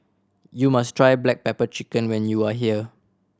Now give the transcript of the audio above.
you must try black pepper chicken when you are here